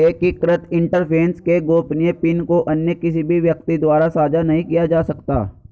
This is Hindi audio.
एकीकृत इंटरफ़ेस के गोपनीय पिन को अन्य किसी भी व्यक्ति द्वारा साझा नहीं किया जा सकता